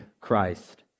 Christ